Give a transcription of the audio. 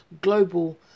global